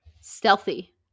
Stealthy